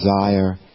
desire